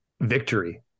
victory